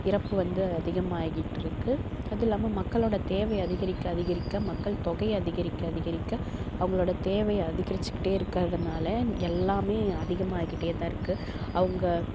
இறப்பு வந்து அதிகமாகிட்ருக்கு அது இல்லாமல் மக்களோடய தேவை அதிகரிக்க அதிகரிக்க மக்கள் தொகை அதிகரிக்க அதிகரிக்க அவங்களோட தேவை அதிகரிச்சுக்கிட்டே இருக்கிறதனால எல்லாமே அதிகமாயிக்கிட்டே தான் இருக்குது அவங்க